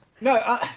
No